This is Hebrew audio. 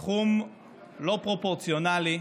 סכום לא פרופורציונלי,